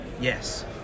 yes